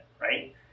right